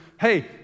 hey